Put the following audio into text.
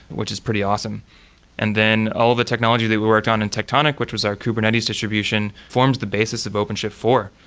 which is pretty awesome and then all the technology that we worked on in tectonic which was our kubernetes distribution, forms the basis of openshift four.